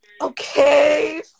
okay